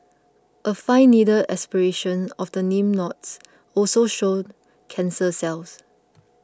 a fine needle aspiration of the lymph nodes also showed cancer cells